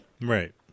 Right